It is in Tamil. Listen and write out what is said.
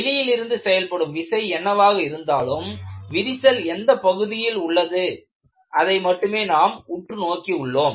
வெளியிலிருந்து செயல்படும் விசை என்னவாக இருந்தாலும் விரிசல் எந்தப் பகுதியில் உள்ளது அதை மட்டுமே நாம் உற்று நோக்கி உள்ளோம்